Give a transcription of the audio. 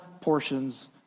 portions